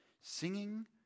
Singing